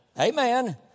Amen